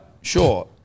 Sure